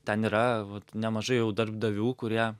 ten yra va nemažai jau darbdavių kurie